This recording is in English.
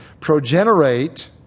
progenerate